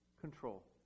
control